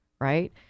Right